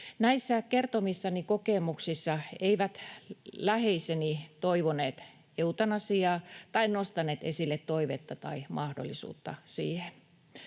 Näissä kertomissani kokemuksissa eivät läheiseni toivoneet eutanasiaa tai nostaneet esille toivetta tai mahdollisuutta siihen.